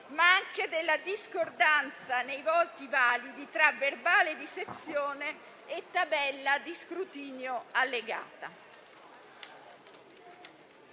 ma anche della discordanza nei voti validi tra verbale di sezione e tabella di scrutinio allegata.